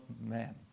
man